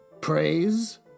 Praise